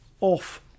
off